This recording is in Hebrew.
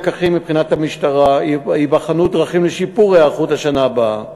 לקחים מבחינת המשטרה וייבחנו דרכים לשיפור ההיערכות לשנה הבאה.